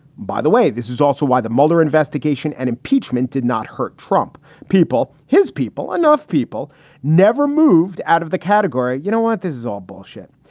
by the way. this is also why the mueller investigation and impeachment did not hurt trump people, his people. enough people never moved out of the category. you know what? this is all bullshit.